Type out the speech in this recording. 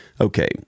Okay